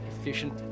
efficient